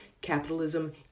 capitalism